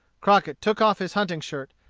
crockett took off his hunting-shirt,